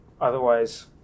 Otherwise